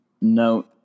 No